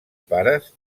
pares